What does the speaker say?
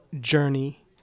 journey